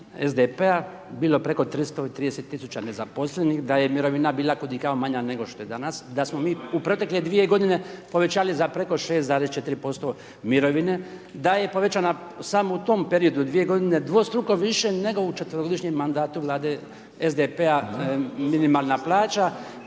SDP-a bilo preko 330 tisuća nezaposlenih, da je mirovina bila kudikamo manja nego što je danas, da smo mi u protekle dvije godine povećali za preko 6,4% mirovine, da je povećana, samo u tom periodu 2 godine dvostruko više nego u četverogodišnjem mandatu SDP-a minimalna plaća,